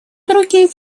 другие